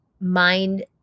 mind